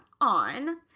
on